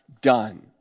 done